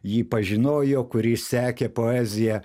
jį pažinojo kurį sekė poeziją